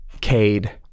Cade